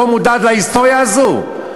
את לא מודעת להיסטוריה הזאת?